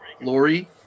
Lori